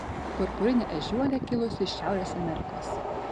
purpurinė ežiuolė kilusi iš šiaurės amerikos